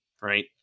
right